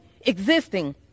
existing